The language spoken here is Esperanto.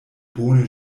bone